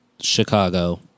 Chicago